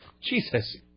Jesus